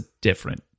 different